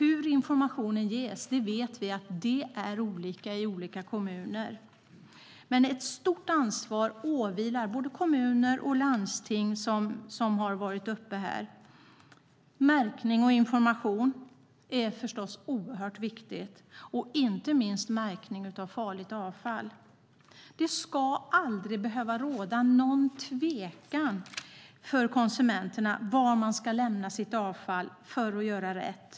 Vi vet att det är olika hur informationen ges i olika kommuner. Men ett stort ansvar åvilar både kommuner och landsting, precis som har varit uppe här. Märkning och information är förstås oerhört viktigt, inte minst märkning av farligt avfall. Det ska aldrig behöva råda någon tvekan för konsumenterna när det gäller var de ska lämna sitt avfall för att göra rätt.